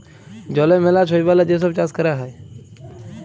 জলে ম্যালা শৈবালের যে ছব চাষ ক্যরা হ্যয়